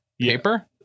paper